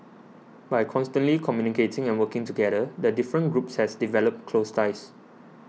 by constantly communicating and working together the different groups have developed close ties